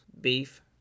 beef